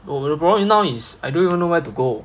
oh the problem now is I don't even know where to go